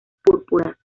púrpuras